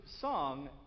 song